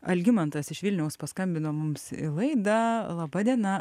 algimantas iš vilniaus paskambino mums į laidą laba diena